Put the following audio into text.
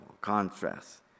contrast